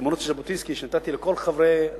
ותמונות של ז'בוטינסקי ונתתי לכל החברים,